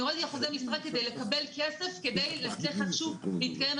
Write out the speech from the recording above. אני הורדתי באחוזי משרה כדי כסף כדי להצליח איכשהו להתקיים,